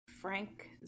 Frank